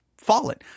Fallen